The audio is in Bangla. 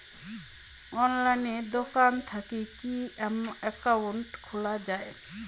অনলাইনে দোকান থাকি কি একাউন্ট খুলা যায়?